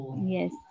Yes